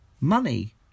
Money